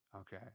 Okay